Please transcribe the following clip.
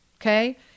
Okay